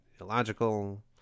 illogical